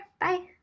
Bye